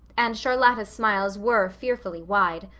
and charlotta's smiles were fearfully wide.